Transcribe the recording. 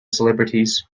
celebrities